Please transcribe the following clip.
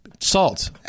Salt